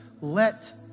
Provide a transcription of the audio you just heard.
let